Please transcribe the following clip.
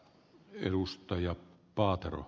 arvoisa puhemies